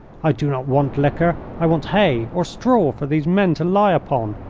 i do not want liquor i want hay or straw for these men to lie upon.